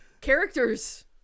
Characters